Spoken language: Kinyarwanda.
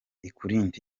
ikurinde